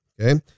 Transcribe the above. Okay